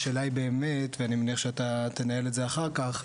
השאלה היא באמת ואני מניח אתה תנהל את זה אחר כך,